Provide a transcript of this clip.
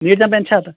NEET چمپین چھا تہٕ